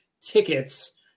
tickets